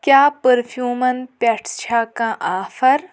کیٛاہ پٔرفیٛوٗمن پٮ۪ٹھ چھا کانٛہہ آفر